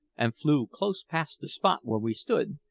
and flew close past the spot where we stood,